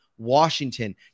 Washington